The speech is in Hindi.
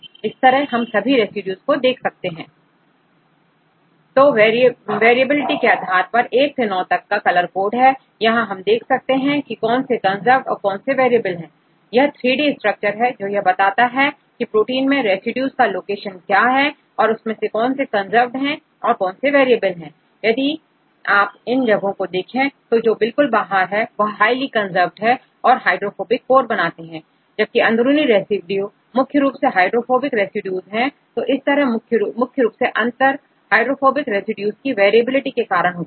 इस तरह हम सभी रेसिड्यूज देख सकते हैं तो वेरी एबिलिटी के आधार पर 1 से 9 तक कलर कोड है यहां हम देख सकते हैं कि कौन से कंजर्व्ड और कौन से वेरिएबल है यह 3D स्ट्रक्चर है जो बताता है कि प्रोटीन मैं रेसिड्यूज की लोकेशन क्या है और कौन से कंजर्व्ड या वेरिएबल है अब यदि आप इन जगहों को देखें जो बिल्कुल बाहर हैं वह हाईली कंजर्व्ड है और हाइड्रोफोबिक कोर को बनाते हैं जबकि अंदरूनी रेसिड्यू मुख्य रूप से हाइड्रोफोबिक रेसिड्यूज है तो इस तरह मुख्य रूप से अंतर हाइड्रोफोबिक रेसिड्यू की वैरी एबिलिटी के कारण होता है